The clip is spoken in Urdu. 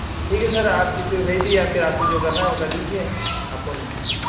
ٹھیک ہے سر آپ کسی کو بھیج دیجیے یا پھر آپ کو جو کرنا ہو وہ کر لیجیے آپ کو ہم